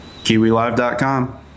KiwiLive.com